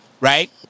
right